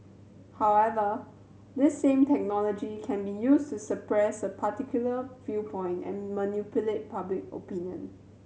however this same technology can be used to suppress a particular viewpoint and manipulate public opinion